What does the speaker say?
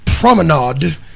promenade